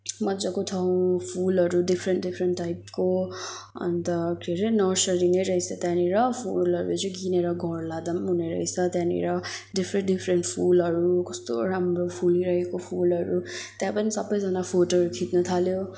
मजाको ठाउँ फुलहरू डिफरेन्ट डिफरेन्ट टाइपको अन्त के अरे नर्सरी नै रहेछ त्यहाँनेर फुलहरू चाहिँ किनेर घर लाँदा पनि हुने रहेछ त्यहाँनेर डिफरेन्स डिफरेन्ट फुलहरू कस्तो राम्रो फुलिरहेको फुलहरू त्यहाँ पनि सबैजना फोटोहरू खिँच्न थाल्यो